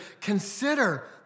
Consider